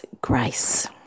grace